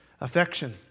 affection